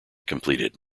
completed